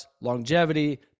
longevity